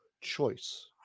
choice